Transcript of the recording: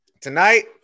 Tonight